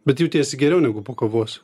bet jautėsi geriau negu po kovos